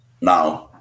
Now